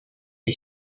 est